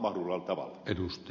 herra puhemies